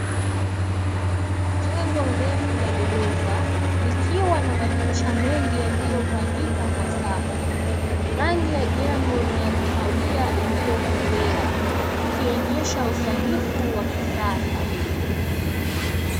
Jengo refu la ghorofa likiwa na madirisha mengi yaliyopangika kwa safu. Rangi ya jengo ni ya kahawia iliokolea ikionyesha usanifu wa kisasa.